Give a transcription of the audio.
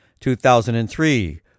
2003